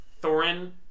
Thorin